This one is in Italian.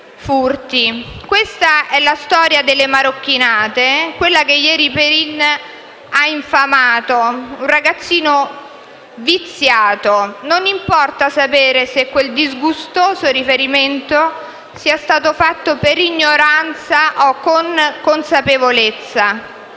furti. Questa è la storia della marocchinate, quella che ieri ha infamato Perin, un ragazzino viziato. Non importa sapere se quel disgustoso riferimento sia stato fatto per ignoranza o con consapevolezza.